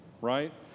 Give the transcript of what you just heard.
right